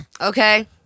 Okay